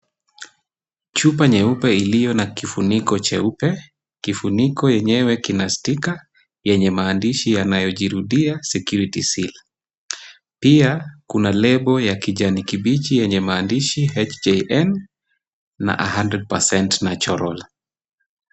Chupa nyeupe iliyo na kifuniko cheupe, kifuniko yenyewe kina sticker yenye maandishi yanayojirudia security seal. Pia kuna lebo ya kijani kibichi yenye maandishi HKN na 100% natural .